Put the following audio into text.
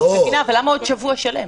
אני מבינה אבל למה עוד שבוע שלם?